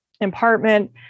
apartment